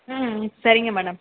ம் சரிங்க மேடம்